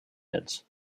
heads